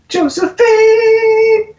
Josephine